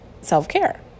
self-care